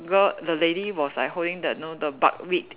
girl the lady was like holding the know the buckwheat